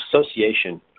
association